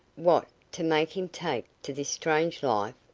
what, to make him take to this strange life?